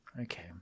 Okay